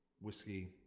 whiskey